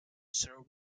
sir